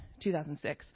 2006